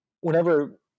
whenever